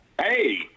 Hey